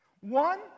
One